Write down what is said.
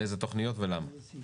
מאילו תוכניות ולמה.